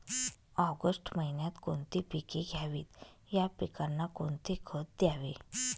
August महिन्यात कोणती पिके घ्यावीत? या पिकांना कोणते खत द्यावे?